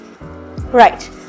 right